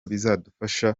bizadufasha